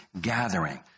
gathering